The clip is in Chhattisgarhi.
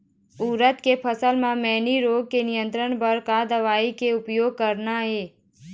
उरीद के फसल म मैनी रोग के नियंत्रण बर का दवा के उपयोग करना ये?